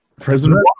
President